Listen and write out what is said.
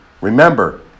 Remember